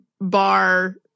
bar